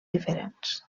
diferents